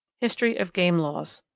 history of game laws.